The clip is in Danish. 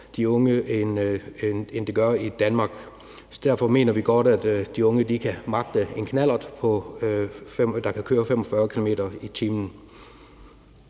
det kommer til at gøre i Danmark. Derfor mener vi godt, at de unge kan magte en knallert, der kan køre 45 km/t.